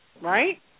Right